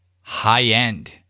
high-end